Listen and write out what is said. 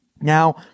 Now